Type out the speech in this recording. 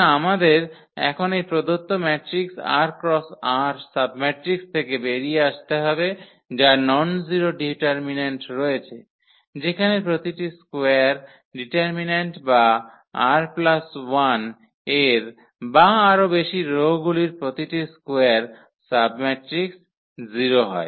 সুতরাং আমাদের এখন এই প্রদত্ত ম্যাট্রিক্স 𝑟 × 𝑟 সাবমেট্রিক্স থেকে বেরিয়ে আসতে হবে যার ননজারো ডিটারমিন্যান্ট রয়েছে যেখানে প্রতিটি স্কোয়ার ডিটারমিন্যান্ট বা r 1 এর বা আরও বেশি রো গুলির প্রতিটি স্কোয়ার সাবমেট্রিক্স 0 হয়